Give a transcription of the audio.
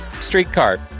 streetcar